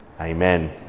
Amen